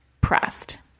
pressed